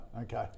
Okay